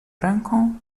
ręką